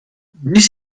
dies